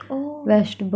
oh